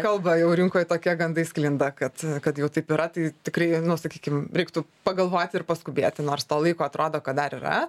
kalba jau rinkoj tokie gandai sklinda kad kad jau taip yra tai tikrai nu sakykim reiktų pagalvoti ir paskubėti nors to laiko atrodo kad dar yra